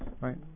Right